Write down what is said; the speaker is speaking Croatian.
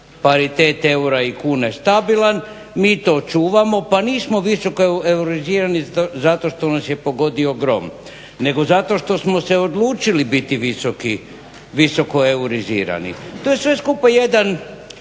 paritet eura i kune stabilan, mi to čuvamo pa nismo visoko eurizirani zato što nas je pogodio grom, nego zato što smo se odlučili biti visokoeurizirani. To je sve skupa jedan